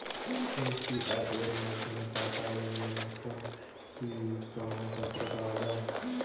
UPI এর মাধ্যমে টাকা লেনদেনের কোন কি প্রমাণপত্র পাওয়া য়ায়?